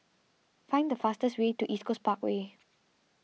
find the fastest way to East Coast Parkway